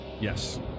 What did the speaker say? Yes